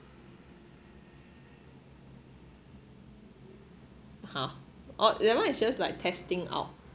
!huh! oh that one is just like testing out